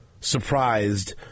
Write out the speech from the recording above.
surprised